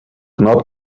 not